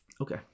Okay